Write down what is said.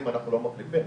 אולי זה מה שמשבש לך.